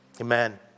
amen